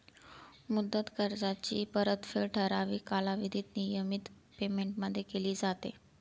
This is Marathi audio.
मुदत कर्जाची परतफेड ठराविक कालावधीत नियमित पेमेंटमध्ये केली जाते